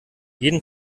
jeden